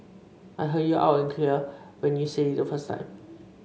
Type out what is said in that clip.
I heard you loud and clear when you said it the first time